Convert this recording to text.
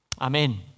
Amen